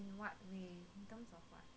hmm